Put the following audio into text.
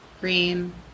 green